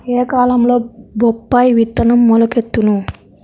ఏ కాలంలో బొప్పాయి విత్తనం మొలకెత్తును?